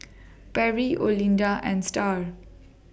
Perry Olinda and STAR